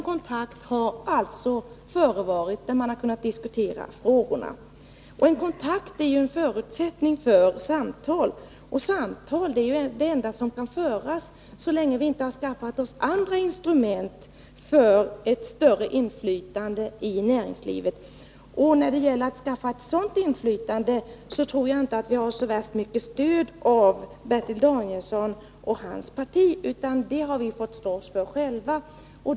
Kontakter har också tagits och man har kunnat diskutera frågorna. En kontakt är en förutsättning för samtal, och samtal är vad som kan föras så länge vi inte har skaffat oss andra instrument för ett större inflytande i näringslivet. Och när det gäller att skaffa ett sådant inflytande tror jag inte att vi har så mycket stöd att vänta från Bertil Danielsson och hans parti. Det får vi slåss för själva.